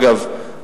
אגב,